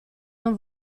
non